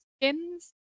skins